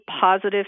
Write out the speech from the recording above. positive